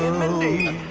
and mindy,